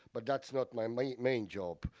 but that's not my my main job.